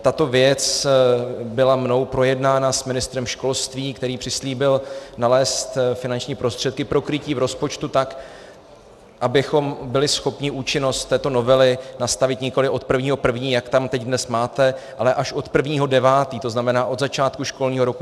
Tato věc byla mnou projednána s ministrem školství, který přislíbil nalézt finanční prostředky pro krytí v rozpočtu tak, abychom byli schopni účinnost této novely nastavit nikoliv od 1. 1., jak tam teď dnes máte, ale až od 1. 9., to znamená od začátku školního roku 2019/2020.